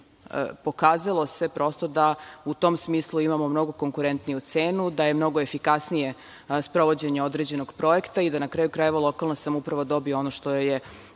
Pokazalo se prosto da u tom smislu imamo mnogo konkurentniju cenu, da je mnogo efikasnije sprovođenje određenog projekta i da, na kraju krajeva, lokalna samouprava dobije ono što joj